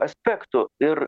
aspektų ir